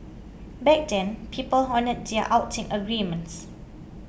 back then people honoured their outing agreements